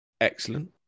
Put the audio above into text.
excellent